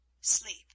sleep